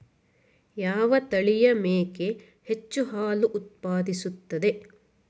ಯಾವ ತಳಿಯ ಮೇಕೆ ಹೆಚ್ಚು ಹಾಲು ಉತ್ಪಾದಿಸುತ್ತದೆ?